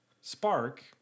spark